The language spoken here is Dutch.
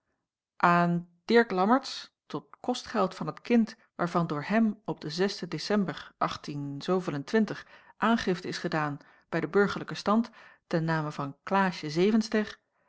dirk lammertsz tot kostgeld van het kind waarvan door hem op den ecember aangifte is gedaan bij den burgerlijken stand ten name van klaasje zevenster